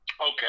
Okay